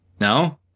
no